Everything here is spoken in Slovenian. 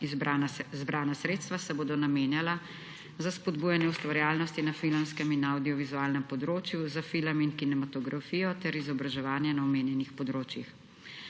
zbrana sredstva se bodo namenjala za spodbujanje ustvarjalnosti na filmskem in avdiovizualnem področju za film in kinematografijo ter izobraževanje na omenjenih področjih.